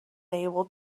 able